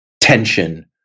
tension